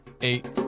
eight